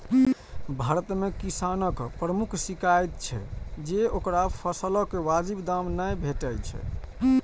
भारत मे किसानक प्रमुख शिकाइत छै जे ओकरा फसलक वाजिब दाम नै भेटै छै